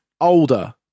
older